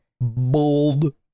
Bold